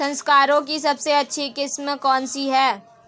सरसों की सबसे अच्छी किस्म कौन सी है?